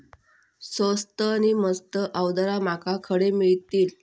स्वस्त नी मस्त अवजारा माका खडे मिळतीत?